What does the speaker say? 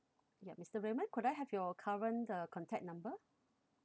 ya mister raymond could I have your current uh contact number